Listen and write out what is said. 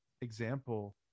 example